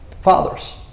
fathers